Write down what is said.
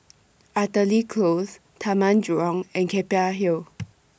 Artillery Close Taman Jurong and Keppel Hill